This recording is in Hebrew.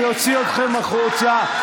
אני אוציא אתכם החוצה.